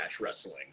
wrestling